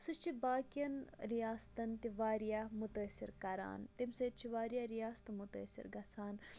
سُہ چھِ باقٕیَن رِیاستَن تہِ واریاہ مُتٲثر کَران تمہِ سۭتۍ چھِ واریاہ ریاستہٕ مُتٲثر گژھان